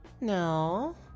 No